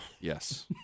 yes